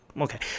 okay